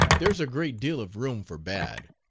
there's a great deal of room for bad.